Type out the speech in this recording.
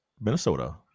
Minnesota